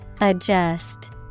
Adjust